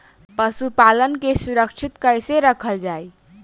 पशुपालन के सुरक्षित कैसे रखल जाई?